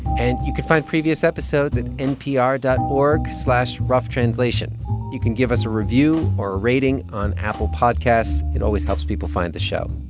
and you can find previous episodes at npr dot org slash roughtranslation. you can give us a review or a rating on apple podcasts. it always helps people find the show.